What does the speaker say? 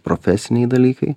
profesiniai dalykai